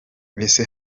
ese